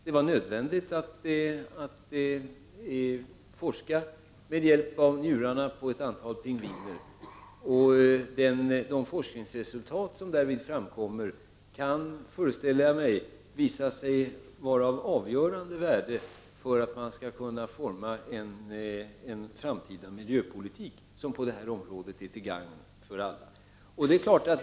Det var nödvändigt att forska med hjälp av njurarna från ett antal pingviner, och de forskningsresultat som därvid framkommer kan visa sig vara av avgö rande värde för att en framtida miljöpolitik skall kunna formas som på detta område är till gagn för alla.